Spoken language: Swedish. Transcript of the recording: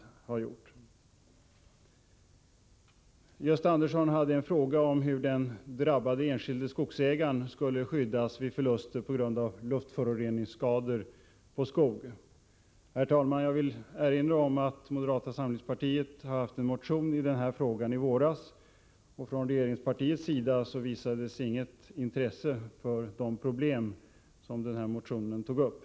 Gösta Andersson ställde en fråga om hur den drabbade enskilde skogsägaren skulle skyddas vid förluster på grund av luftföroreningsskador på skog. Herr talman! Jag vill erinra om att moderata samlingspartiet väckte en motion i den här frågan i våras. Från regeringspartiets sida visades inget intresse för de problem som den motionen tog upp.